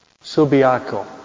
Subiaco